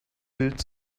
bild